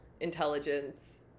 intelligence